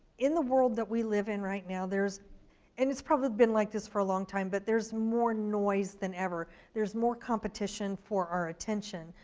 in the world that we live in right now, there's and it's probably been like this for a long time, but there's more noise than ever. there's more competition for our attention,